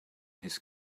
his